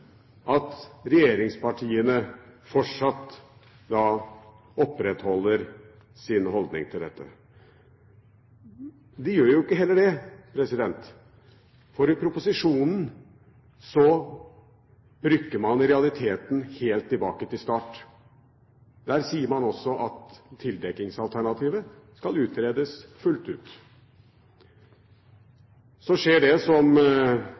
at regjeringspartiene fortsatt opprettholder sin holdning til dette? De gjør jo heller ikke det, for i proposisjonen rykker man i realiteten helt tilbake til start. Der sier man også at tildekkingsalternativet skal utredes fullt ut. Så skjer det som